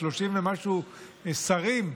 30 משהו שרים.